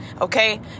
okay